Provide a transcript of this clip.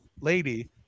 lady